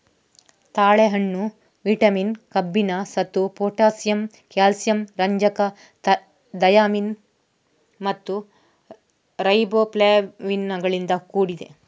ತಾಳೆಹಣ್ಣು ವಿಟಮಿನ್, ಕಬ್ಬಿಣ, ಸತು, ಪೊಟ್ಯಾಸಿಯಮ್, ಕ್ಯಾಲ್ಸಿಯಂ, ರಂಜಕ, ಥಯಾಮಿನ್ ಮತ್ತು ರೈಬೋಫ್ಲಾವಿನುಗಳಿಂದ ಕೂಡಿದೆ